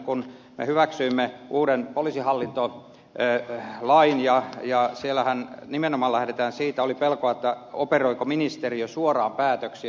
kun me hyväksyimme uuden poliisihallintolain niin siellähän nimenomaan oli pelkoa siitä operoiko ministeriö suoraan päätöksiä